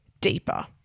deeper